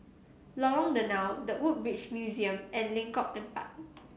Lorong Danau The Woodbridge Museum and Lengkok Empat